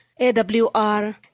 AWR